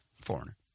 Foreigner